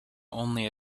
only